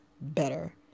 better